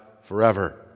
forever